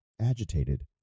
agitated